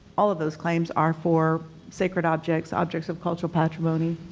all of those claims are for sacred objects, objects of cultural patrimony